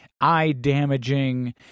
eye-damaging